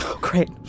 Great